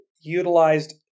utilized